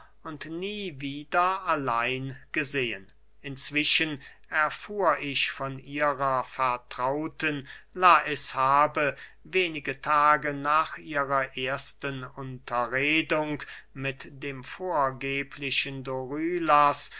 und nie wieder allein gesehen inzwischen erfuhr ich von ihrer vertrauten lais habe wenige tage nach ihrer ersten unterredung mit dem vorgeblichen